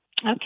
Okay